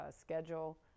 schedule